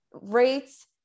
Rates